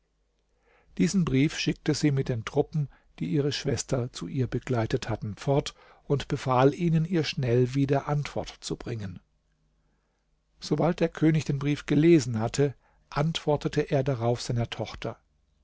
diesen brief schickte sie mit den truppen die ihre schwester zu ihr begleitet hatten fort und befahl ihnen ihr schnell wieder antwort zu bringen sobald der könig den brief gelesen hatte antwortete er darauf seiner tochter